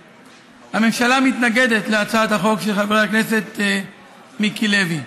הממשלה מתנגדת להצעת החוק של חבר הכנסת מיקי לוי.